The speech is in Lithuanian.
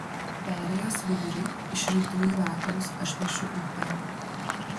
perėjos vidurį iš rytų į vakarus aš piešiu upę